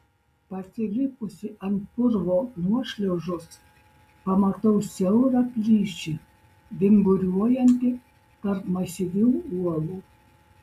pasilipusi ant purvo nuošliaužos pamatau siaurą plyšį vingiuojantį tarp masyvių uolų